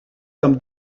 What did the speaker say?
comme